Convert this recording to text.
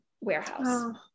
warehouse